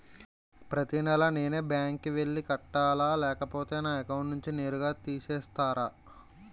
ప్రతి నెల నేనే బ్యాంక్ కి వెళ్లి కట్టాలి లేకపోతే నా అకౌంట్ నుంచి నేరుగా తీసేస్తర?